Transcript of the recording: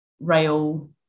rail